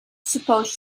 supposed